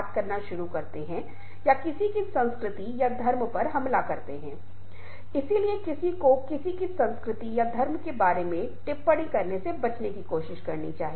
जो स्थिर है जिसे हम विचार कर सकते हैं जो कि एक प्रकार का नमूनापैटर्न Pattern है जिसे हम नियमित रूप से उपयोग कर रहे हैं जो कि अनुरूपता है अवज्ञा सोच अलग है